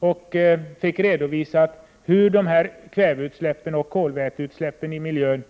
Där redovisade man hur kväveoch kolväteutsläppen påverkar miljön.